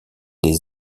des